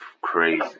crazy